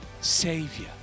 Savior